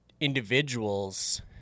individuals